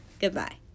Goodbye